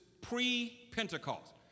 pre-Pentecost